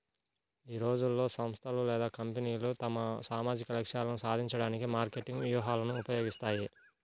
ఈ రోజుల్లో, సంస్థలు లేదా కంపెనీలు తమ సామాజిక లక్ష్యాలను సాధించడానికి మార్కెటింగ్ వ్యూహాలను ఉపయోగిస్తాయి